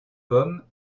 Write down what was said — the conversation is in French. pommes